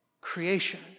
creation